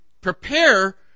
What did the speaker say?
prepare